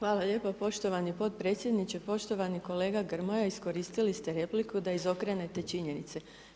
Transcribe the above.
Hvala lijepo poštovani podpredsjedniče, poštovani kolega Grmoja iskoristili ste repliku da izokrenete činjenice.